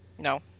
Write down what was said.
No